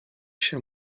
się